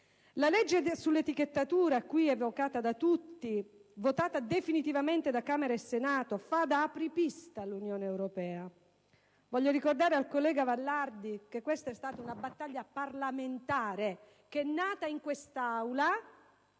La legge sulla etichettatura qui evocata da tutti e votata definitivamente da Camera e Senato fa da apripista all'Unione europea. Ricordo al collega Vallardi che questa è stata una battaglia parlamentare che è nata in quest'Aula